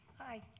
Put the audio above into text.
Hi